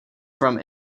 from